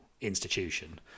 institution